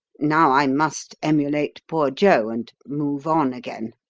now i must emulate poor jo, and move on again.